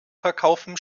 verkaufen